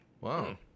Wow